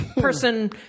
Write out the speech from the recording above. person